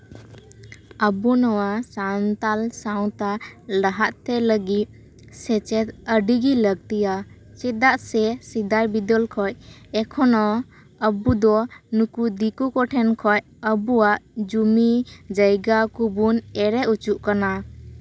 ᱟᱵᱚ ᱱᱚᱣᱟ ᱥᱟᱱᱛᱟᱲ ᱥᱟᱶᱛᱟ ᱞᱟᱦᱟᱛᱮ ᱞᱟᱹᱜᱤᱫ ᱥᱮᱪᱮᱫ ᱟᱹᱰᱤ ᱜᱮ ᱞᱟᱹᱠᱛᱤᱭᱟ ᱪᱮᱫᱟᱜ ᱥᱮ ᱥᱮᱫᱟᱭ ᱵᱤᱫᱟᱹᱞ ᱠᱷᱚᱡ ᱮᱠᱷᱚᱱᱳ ᱟᱵᱚ ᱫᱚ ᱱᱩᱠᱩ ᱫᱤᱠᱩ ᱠᱚ ᱴᱷᱮᱱ ᱠᱷᱚᱡ ᱟᱵᱚᱣᱟᱜ ᱡᱩᱢᱤ ᱡᱟᱭᱜᱟ ᱠᱚᱵᱩᱱ ᱮᱲᱮ ᱚᱪᱩᱜ ᱠᱟᱱᱟ